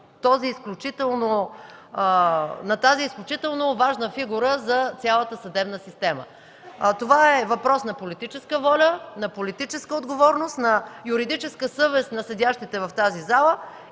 на тази изключително важна фигура за цялата съдебна система. Това е въпрос на политическа воля, на политическа отговорност, на юридическа съвест на седящите в тази зала.